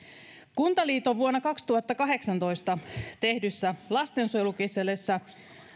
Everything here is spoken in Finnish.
kuntaliiton vuonna kaksituhattakahdeksantoista tehdyssä lastensuojelukyselyssä